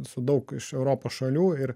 su daug iš europos šalių ir